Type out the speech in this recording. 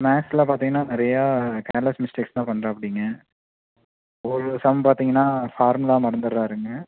மேக்ஸில் பார்த்தீங்கன்னா நிறையா கேர்லெஸ் மிஸ்டேக்ஸ் தான் பண்ணுறாப்புடிங்க ஒரு சம் பார்த்தீங்கன்னா ஃபார்முலா மறந்துறாருங்க